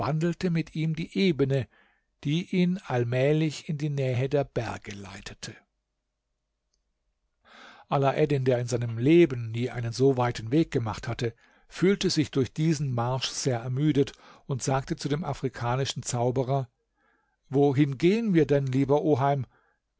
mit ihm die ebene die ihn allmählich in die nähe der berge leitete alaeddin der in seinem leben nie einen so weiten weg gemacht hatte fühlte sich durch diesen marsch sehr ermüdet und sagte zu dem afrikanischen zauberer wohin gehen wir denn lieber oheim